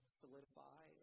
solidify